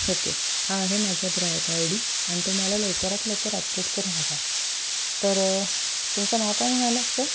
okay हा आहे माझा ग्राहक आय डी आणि तो मला लवकरात लवकर अपडेट करून हवा आहे तर तुमचं नाव काय म्हणाला सर